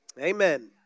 Amen